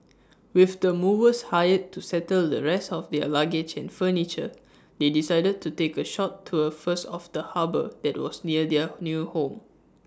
with the movers hired to settle the rest of their luggage and furniture they decided to take A short tour first of the harbour that was near their new home